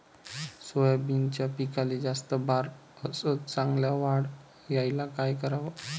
सोयाबीनच्या पिकाले जास्त बार अस चांगल्या वाढ यायले का कराव?